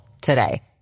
today